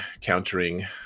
countering